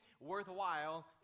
worthwhile